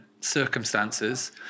circumstances